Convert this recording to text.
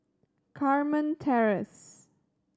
Carmen Terrace